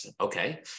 Okay